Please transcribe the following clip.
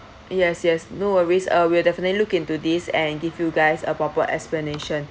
yes yes no worries uh we'll definitely look into this and give you guys a proper explanation